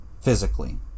physically